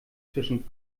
zwischen